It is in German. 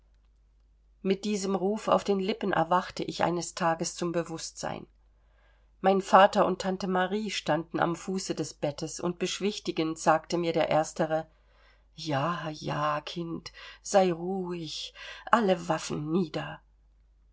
mit diesem ruf auf den lippen erwachte ich eines tages zum bewußtsein mein vater und tante marie standen am fuße des bettes und beschwichtigend sagte mir der erstere ja ja kind sei ruhig alle waffen nieder